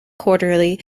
quarterly